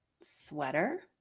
sweater